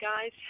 guys